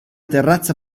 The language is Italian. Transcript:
terrazza